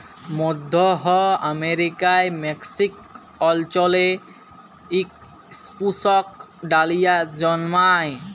মইধ্য আমেরিকার মেক্সিক অল্চলে ইক সুপুস্পক ডালিয়া জল্মায়